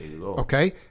okay